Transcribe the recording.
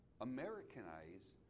Americanize